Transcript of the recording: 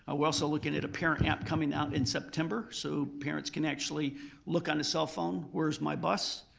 ah we're also looking at a parent app coming out in september so parents can actually look on a cell phone, where's my bus,